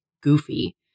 goofy